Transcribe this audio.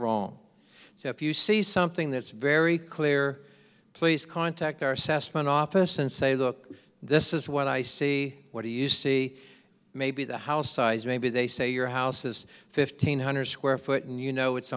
wrong so if you see something that's very clear please contact our sassaman office and say look this is what i see what do you see maybe the house size maybe they say your house is fifteen hundred square foot and you know it's